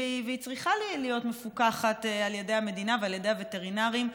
והיא צריכה להיות מפוקחת על ידי המדינה ועל ידי הווטרינרים,